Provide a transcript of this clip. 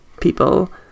people